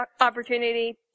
opportunity